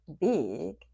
big